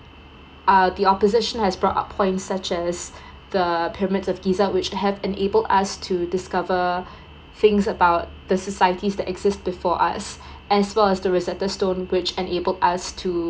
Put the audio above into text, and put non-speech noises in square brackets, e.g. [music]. uh the opposition has brought up points such as [breath] the pyramid of giza which have enable us to discover things about the societies that exist before us [breath] as well as the rosetta stone which enable us to